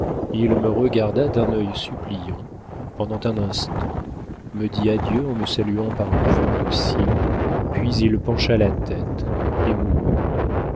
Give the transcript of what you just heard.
il me regarda d'un œil suppliant pendant un instant me dit adieu en me saluant par un mouvement de cils puis il pencha la tête et mourut